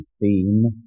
theme